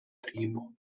tribo